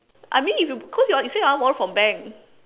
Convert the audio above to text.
I mean if you cause uh you say you want to borrow from bank